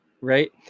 right